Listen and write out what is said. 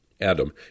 Adam